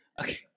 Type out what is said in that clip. Okay